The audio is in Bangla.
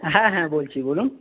হ্যাঁ হ্যাঁ বলছি বলুন